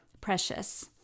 precious